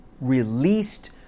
released